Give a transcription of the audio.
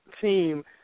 team